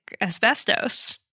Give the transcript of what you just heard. asbestos